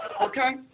Okay